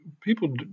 People